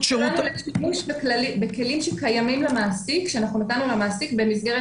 שימוש בכלים שקיימים למעסיק שנתנו למעסיק במסגרת